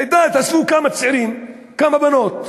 הייתה, התאספו כמה צעירים, כמה בנות,